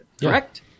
correct